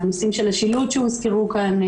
הנושאים של השילוט שהוזכרו כאן,